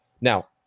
Now